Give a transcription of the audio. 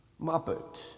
Muppet